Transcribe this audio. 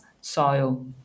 soil